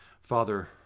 father